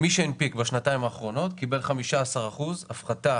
מי שהנפיק בשנתיים האחרונות, קיבל 15 אחוזים הפחתה